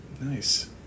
Nice